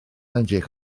edrych